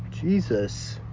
Jesus